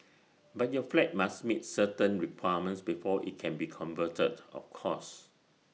but your flat must meet certain requirements before IT can be converted of course